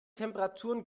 temperaturen